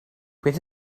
beth